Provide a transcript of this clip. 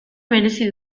merezi